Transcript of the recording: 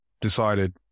decided